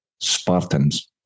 Spartans